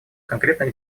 конкретных